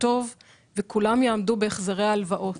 טוב ושכולם יעמדו בהחזרי ההלוואות.